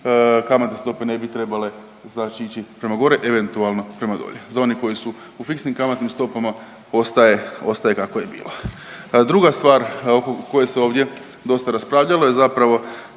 kamatne stope ne bi trebale znači ići prema gore, eventualno prema dolje. Za one koji su u fiksnim kamatnim stopama ostaje, ostaje kako je bilo. Druga stvar oko koje se ovdje dosta raspravljalo je zapravo